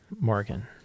Morgan